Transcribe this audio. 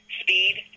Speed